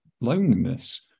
loneliness